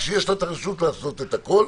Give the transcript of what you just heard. כשיש לה את הרשות לעשות הכול,